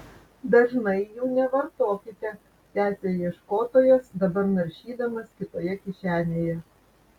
dažnai jų nevartokite tęsė ieškotojas dabar naršydamas kitoje kišenėje